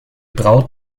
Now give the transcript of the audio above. braut